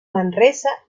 manresa